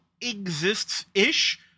exists-ish